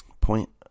Point